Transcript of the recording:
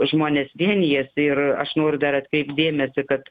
žmonės vienijasi ir aš noriu dar atkreipt dėmesį kad